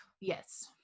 yes